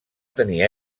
tenir